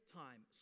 time